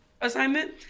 assignment